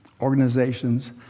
organizations